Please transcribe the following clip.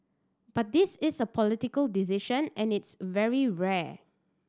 but this is a political decision and it's very rare